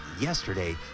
yesterday